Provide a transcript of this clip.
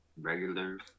regular